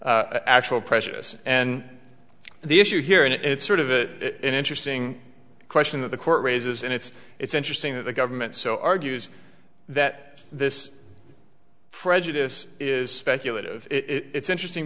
actual precious and the issue here and it's sort of an interesting question that the court raises and it's it's interesting that the government so argues that this prejudice is speculative it's interesting